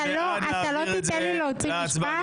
אתה לא תיתן לי להוציא משפט?